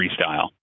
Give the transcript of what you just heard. freestyle